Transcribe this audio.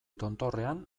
tontorrean